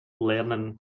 learning